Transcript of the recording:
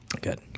Good